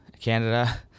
Canada